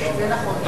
זה נכון.